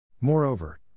Moreover